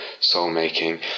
soul-making